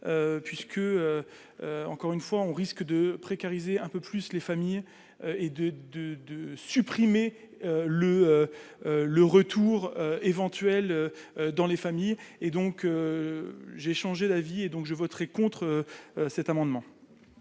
puisque, encore une fois, on risque de précariser un peu plus les familles et de, de, de supprimer le le retour éventuel dans les familles et donc j'ai changé d'avis et donc je voterai contre cet amendement.